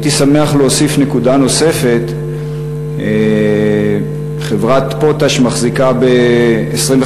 הייתי שמח להוסיף נקודה נוספת: חברת "פוטאש" מחזיקה ב-25%